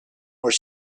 were